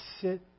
sit